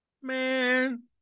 Man